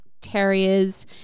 terriers